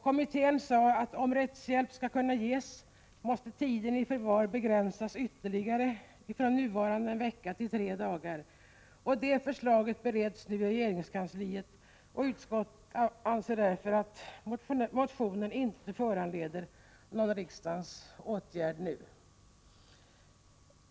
Kommittén sade att om rättshjälp skall kunna ges måste tiden i förvar begränsas ytterligare, från nuvarande en vecka till tre dagar. Det förslaget bereds nu i regeringskansliet, och utskottet anser därför att motionen inte föranleder någon riksdagens åtgärd nu.